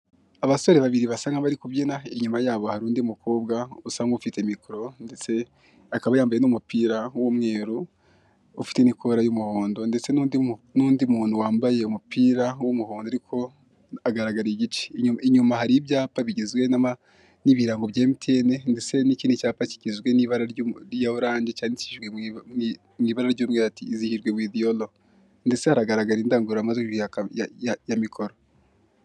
Abasore babiri basa nkabari kubyina inyuma yabo hari undi mukobwa usa nkufite mikoro ndetse akaba yambaye n'umupira w'umweru ufite nikora y'umuhondo ndetse n'undi, n'undi muntu wambaye umupira w'umuhondo ariko agaragara igice, inyuma hari ibyapa bigizwe nama n'ibirango bya emutiyene, ndetse nikindi cyapa kigizwe n'ibara ry'umu rya oranje cyandikishijwe mu mw'ibara ry'umweru ati iyizihirwe wivi yoro, ndetse haragaragara indangururamajwi ya yamikoro.